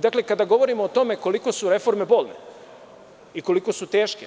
Dakle, kada govorimo o tome koliko su reforme bolne i koliko su teške